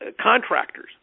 contractors